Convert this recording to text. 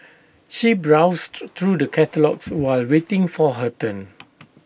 she browsed through the catalogues while waiting for her turn